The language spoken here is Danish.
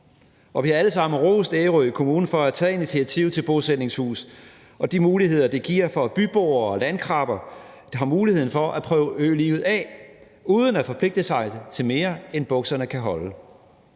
Og vi har alle sammen rost Ærø Kommune for at have taget initiativet til bosætningshuset og de muligheder, det giver, for at byboere og landkrabber har mulighed for at prøve ølivet af uden at forpligte sig til mere, end bukserne kan holde.